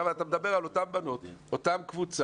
אתה מדבר על אותן בנות, אותה קבוצה,